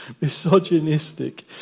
misogynistic